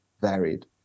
varied